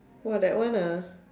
!wah! that one ah